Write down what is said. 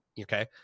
okay